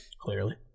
clearly